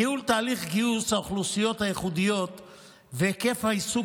ניהול תהליך גיוס האוכלוסיות הייחודיות והיקף העיסוק